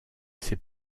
ses